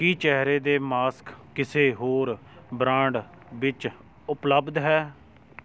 ਕੀ ਚਿਹਰੇ ਦੇ ਮਾਸਕ ਕਿਸੇ ਹੋਰ ਬ੍ਰਾਂਡ ਵਿੱਚ ਉਪਲਬਧ ਹੈ